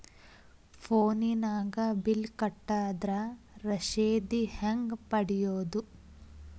ಫೋನಿನಾಗ ಬಿಲ್ ಕಟ್ಟದ್ರ ರಶೇದಿ ಹೆಂಗ್ ಪಡೆಯೋದು?